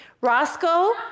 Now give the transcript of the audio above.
Roscoe